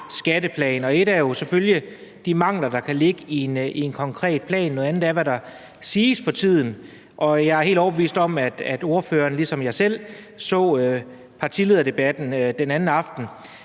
skatteplan. Et er jo selvfølgelig de mangler, der kan ligge i en konkret plan, noget andet er, hvad der siges for tiden. Jeg er helt overbevist om, at ordføreren ligesom mig selv så partilederdebatten den anden aften.